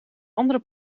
andere